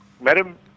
Madam